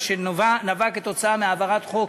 מה שנבע מהעברת חוק